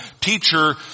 Teacher